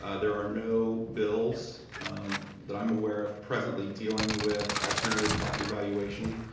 ah there are no bills that i'm aware of presently dealing with alternative property valuation.